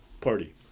Party